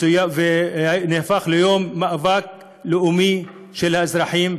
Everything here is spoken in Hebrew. וזה נהפך ליום מאבק לאומי של האזרחים.